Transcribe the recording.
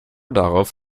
darauf